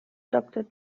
doktor